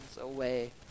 away